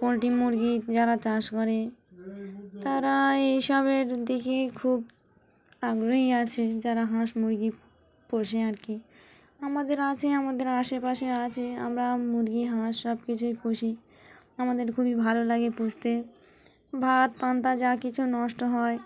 poultry মুরগি যারা চাষ করে তারা এইসবের দিকেই খুব আগ্রহী আছে যারা হাঁস মুরগি পোষে আর কি আমাদের আছে আমাদের আশেপাশে আছে আমরা মুরগি হাঁস সব কিছুই পুষি আমাদের খুবই ভালো লাগে পুষতে ভাত পান্তা যা কিছু নষ্ট হয়